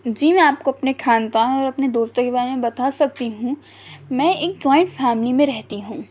جی میں آپ کو اپنے خاندان اور اپنے دوستوں کے بارے میں بتا سکتی ہوں میں ایک جوائنٹ فیملی میں رہتی ہوں